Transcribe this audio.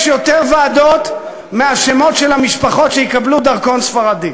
יש יותר ועדות מהשמות של המשפחות שיקבלו דרכון ספרדי.